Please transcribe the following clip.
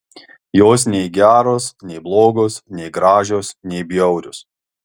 jos nei geros nei blogos nei gražios nei bjaurios